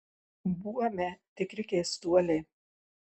buome tikri keistuoliai